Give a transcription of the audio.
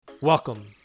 Welcome